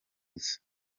gusa